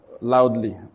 loudly